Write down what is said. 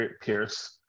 Pierce